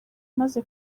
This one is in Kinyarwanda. imaze